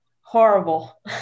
horrible